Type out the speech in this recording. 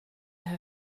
her